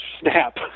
snap